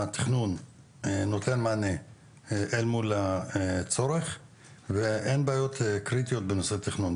התכנון נותן מענה אל מול הצורך ואין בעיות קריטיות בנושא התכנון.